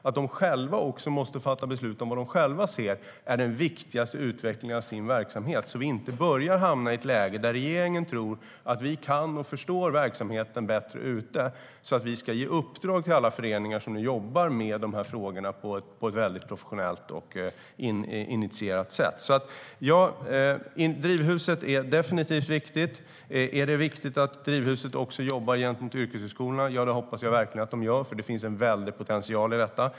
De måste själva fatta beslut om vad de anser är den viktigaste utvecklingen av sin verksamhet, så att vi inte hamnar i ett läge där regeringen tror att vi kan och förstår verksamheten bättre så att vi ska ge uppdrag till alla föreningar som nu jobbar med de här frågorna på ett väldigt professionellt och initierat sätt. Drivhuset är definitivt viktigt. Är det viktigt att Drivhuset jobbar gentemot yrkeshögskolorna? Ja, det hoppas jag verkligen att de gör, för det finns en väldig potential i det.